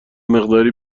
مقداری